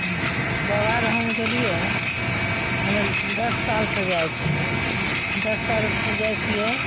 बाबाधाम गेलियै हम दस सालसँ जाइ छियै दस सालसँ जाइ छियै